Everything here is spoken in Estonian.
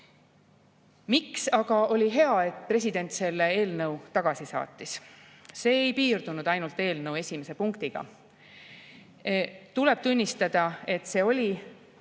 Miks aga oli hea, et president selle eelnõu tagasi saatis? See ei piirdunud ainult eelnõu esimese punktiga. Tuleb tunnistada, et see oli